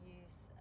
use